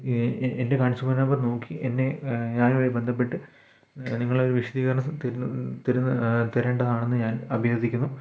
A എൻറെ എൻറെ consumer number നോക്കി എന്നെ ഞാനുമായി ബന്ധപ്പെട്ട് നിങ്ങളൊരു വിശദീകരണം തരുന്ന തരുന്ന തരേണ്ടതാണെന്ന് ഞാൻ അഭ്യർത്ഥിക്കുന്നു